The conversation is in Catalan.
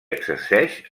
exerceix